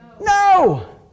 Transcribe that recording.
No